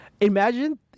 Imagine